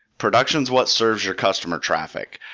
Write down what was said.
production is what serves your customer traffic.